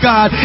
God